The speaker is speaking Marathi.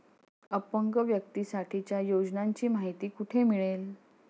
अपंग व्यक्तीसाठीच्या योजनांची माहिती कुठे मिळेल?